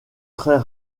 très